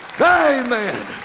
Amen